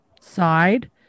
side